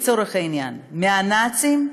פולין, לצורך העניין, מהנאצים,